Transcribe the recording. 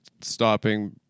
stopping